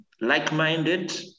like-minded